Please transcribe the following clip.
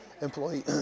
employee